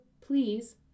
Please